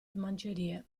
smancerie